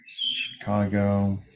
Chicago